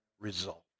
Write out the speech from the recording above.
result